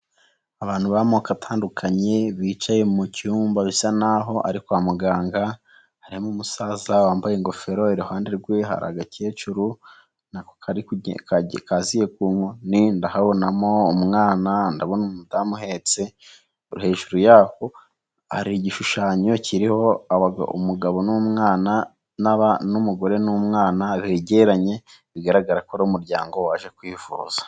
Abantu b'amoko atandukanye bicaye mu cyumba bisa naho ari kwa muganga, harimo umusaza wambaye ingofero, iruhande rwe hari agakecuru kaziye ku nkoni, ndabonamo umudamu uhetse umwana, hejuru yabo hari igishushanyo, hari umugabo n'umwana, umugore n'umwana begeranye. Bigaragara ko ari umuryango waje kwivuza.